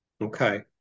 Okay